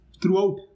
throughout